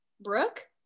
brooke